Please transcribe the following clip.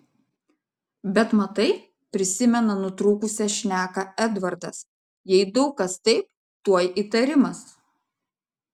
bet matai prisimena nutrūkusią šneką edvardas jei daug kas taip tuoj įtarimas